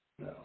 no